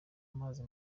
amazi